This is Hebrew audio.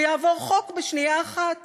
ויעבור חוק בשנייה אחת